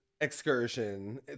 excursion